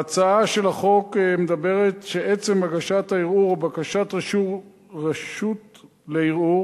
ההצעה של החוק אומרת שעצם הגשת הערעור או בקשת רשות לערעור